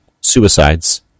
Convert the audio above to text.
suicides